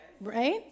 Right